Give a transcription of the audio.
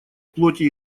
плоти